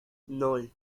ноль